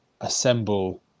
assemble